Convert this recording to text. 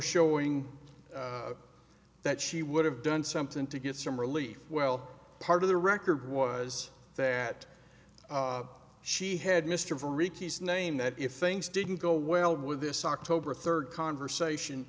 showing that she would have done something to get some relief well part of the record was that she had mr varieties name that if things didn't go well with this october third conversation